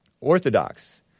Orthodox